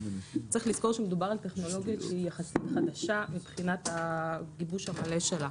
צריך לזכור שמדובר על טכנולוגיה שהיא יחסית חדשה מבחינת הגיבוש המלא שלה